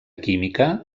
química